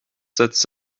setzt